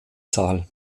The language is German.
zahl